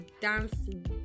dancing